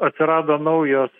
atsirado naujos